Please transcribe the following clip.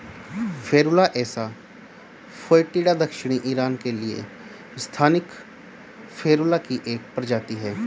Ferula asa foetida दक्षिणी Iran के लिए स्थानिक फेरुला की एक प्रजाति है